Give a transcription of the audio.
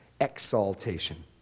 exaltation